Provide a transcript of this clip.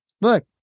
Look